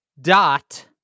Dot